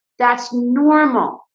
that's normal,